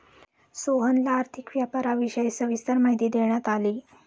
सोहनला आर्थिक व्यापाराविषयी सविस्तर माहिती देण्यात आली